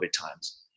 times